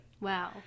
Wow